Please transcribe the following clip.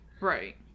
right